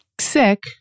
sick